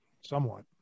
somewhat